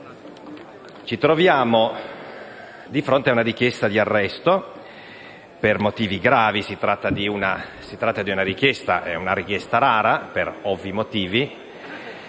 Ci troviamo di fronte a una richiesta di arresto per motivi gravi; si tratta di una richiesta rara, per ovvi motivi.